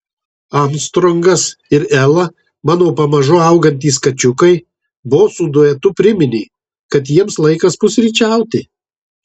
armstrongas ir ela mano pamažu augantys kačiukai bosų duetu priminė kad jiems laikas pusryčiauti